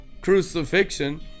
crucifixion